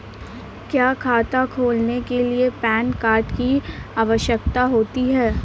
क्या खाता खोलने के लिए पैन कार्ड की आवश्यकता होती है?